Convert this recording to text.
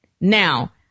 Now